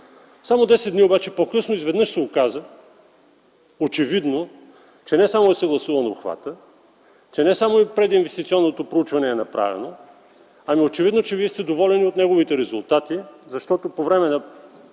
Само десет дни по-късно изведнъж се оказа, очевидно, че не само е съгласуван обхватът, че не само прединвестиционното проучване е направено, ами очевидно, че Вие сте доволен и от неговите резултати. Защото по време на